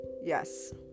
yes